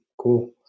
Cool